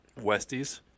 Westies